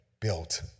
built